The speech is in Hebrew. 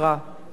בשל כך